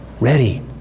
ready